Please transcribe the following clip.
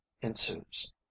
ensues